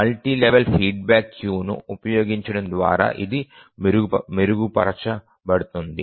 multi level feedback క్యూను ఉపయోగించడం ద్వారా ఇది మెరుగుపరచబడుతుంది